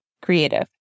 creative